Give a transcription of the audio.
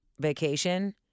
vacation